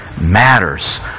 matters